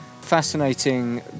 fascinating